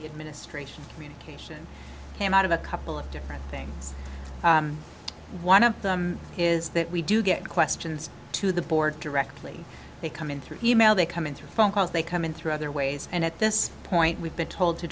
the administration cation came out of a couple of different things one of them is that we do get questions to the board directly they come in through e mail they come in through phone calls they come in through other ways and at this point we've been told to